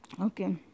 okay